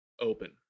open